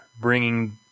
bringing